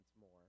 more